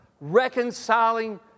reconciling